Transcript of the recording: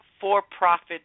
for-profit